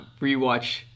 rewatch